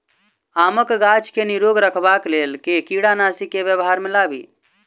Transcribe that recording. आमक गाछ केँ निरोग रखबाक लेल केँ कीड़ानासी केँ व्यवहार मे लाबी?